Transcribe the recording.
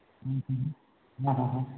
हाँ हाँ